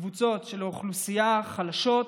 לקבוצות אוכלוסייה חלשות